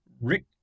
Rick